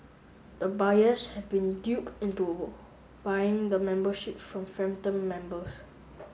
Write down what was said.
the buyers have been duped into buying the membership from phantom members